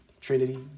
Trinity